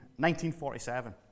1947